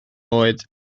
oed